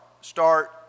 Start